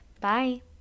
Bye